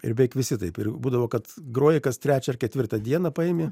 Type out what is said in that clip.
ir beveik visi taip ir būdavo kad groja kas trečią ar ketvirtą dieną paimi